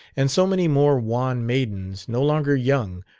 and so many more wan maidens, no longer young,